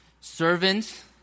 servants